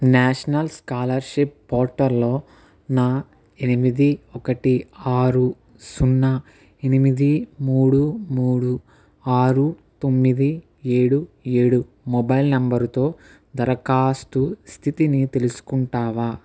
national scholarship portal లో నా ఎనిమిది ఒకటి ఆరు సున్నా ఎనిమిది మూడు మూడు ఆరు తొమ్మిది ఏడు ఏడు మొబైల్ నంబరు తో దరఖాస్తు స్థితిని తెలుసుకుంటావా